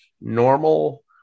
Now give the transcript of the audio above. normal